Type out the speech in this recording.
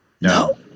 No